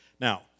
Now